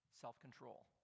self-control